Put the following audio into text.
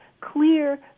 clear